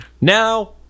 Now